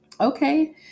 okay